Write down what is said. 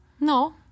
No